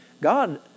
God